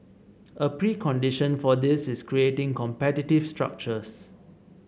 a precondition for this is creating competitive structures